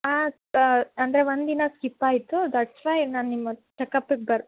ಹಾಂ ಅಂದರೆ ಒಂದು ದಿನ ಸ್ಕಿಪ್ ಆಯಿತು ದಟ್ಸ್ ವೈ ನಾನು ನಿಮ್ಮ ಚೆಕಪ್ಪಿಗೆ ಬರ